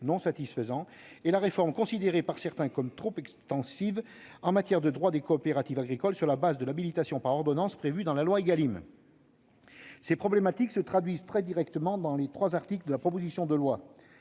non satisfaisants ; la réforme considérée par certains comme trop extensive en matière de droit des coopératives agricoles sur la base de l'habilitation par ordonnance prévue dans la loi Égalim. Ces problématiques se traduisent très directement dans les trois articles de la proposition de loi.